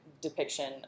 depiction